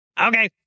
Okay